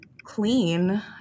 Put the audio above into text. clean